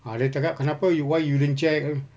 ah dia cakap kenapa you why you didn't check uh